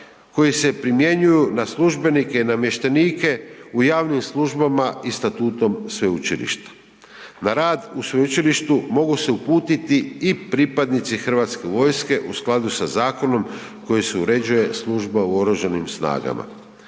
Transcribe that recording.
koji se primjenjuju na službenike u namještenike u javnim službama i statutom sveučilišta. Na rad u sveučilištu mogu se uputiti i pripadnici Hrvatske vojske u skladu sa zakonom kojim se uređuje služba u Oružanim snagama.